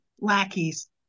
Lackeys